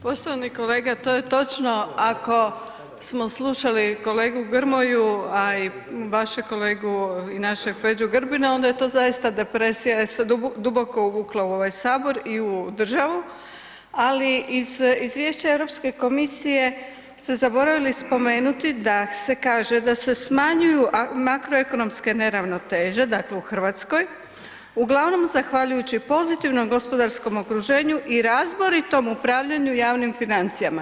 Poštovani kolega to je točno, ako smo slušali kolegu Grmoju, a i vašeg kolegu i našeg Peđu Grbina onda je to zaista depresija jer se duboko uvukla u ovaj sabor i u državu, ali iz izvješća Europske komisije ste zaboravili spomenuti da se kaže da se smanjuju makroekonomske neravnoteže, dakle u Hrvatskoj, uglavnom zahvaljujući pozitivnom gospodarskom okruženju i razboritom upravljanju javnim financijama.